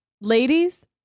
ladies